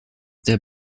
der